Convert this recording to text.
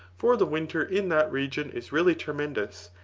for the winter in that region is really tremendous,